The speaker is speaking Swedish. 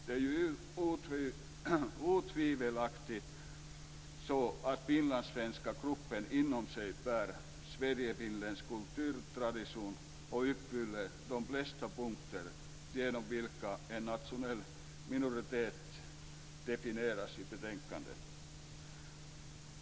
Det är ju otvivelaktigt så att den finlandssvenska gruppen inom sig bär en sverigefinländsk kulturtradition och uppfyller de flesta av de punkter genom vilka en nationell minoritet definieras i betänkandet.